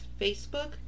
Facebook